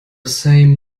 same